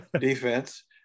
defense